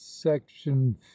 section